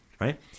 Right